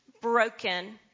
broken